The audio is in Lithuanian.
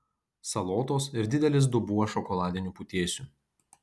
salotos ir didelis dubuo šokoladinių putėsių